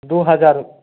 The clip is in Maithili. दू हजार